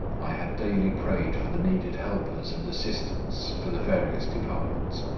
i had daily prayed for the needed helpers and assistants for the various departments.